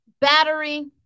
battery